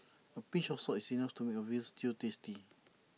A pinch of salt is enough to make A Veal Stew tasty